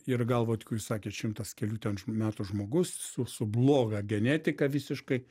ir gal vat kur jūs sakėt šimtas kelių ten metų žmogus su su bloga genetika visiškai